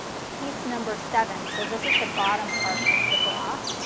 a piece number seven, so this is the bottom part of the bra